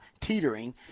teetering